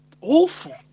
awful